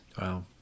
Wow